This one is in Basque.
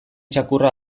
txakurra